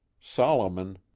solomon